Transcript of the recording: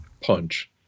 punch